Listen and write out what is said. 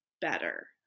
better